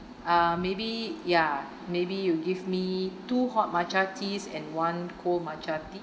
uh maybe ya maybe you give me two hot matcha teas and one cold matcha tea